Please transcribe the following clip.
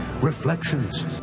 Reflections